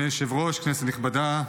אדוני היושב-ראש כנסת נכבדה,